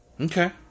Okay